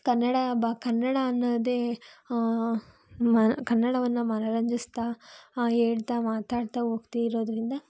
ಕನ್ನಡ ಬ ಕನ್ನಡ ಅನ್ನೋದೇ ಮ ಕನ್ನಡವನ್ನು ಮನೋರಂಜಿಸ್ತಾ ಹೇಳ್ತಾ ಮಾತಾಡ್ತಾ ಹೋಗ್ತಿರೋದರಿಂದ